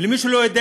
ולמי שלא יודע